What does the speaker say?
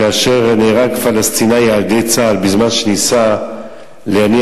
כאשר נהרג פלסטיני על-ידי צה"ל בזמן שניסה להניח